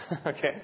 okay